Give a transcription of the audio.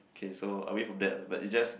okay so away from that ah but it's just